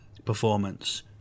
performance